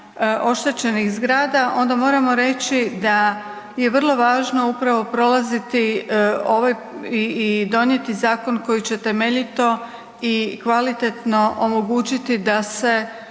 oštećenih zgrada, onda moramo reći da je vrlo važno upravo prolaziti ovaj i donijeti zakon koji će temeljito i kvalitetno omogućiti da se